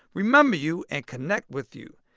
remember you and connect with you.